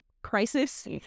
crisis